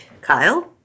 Kyle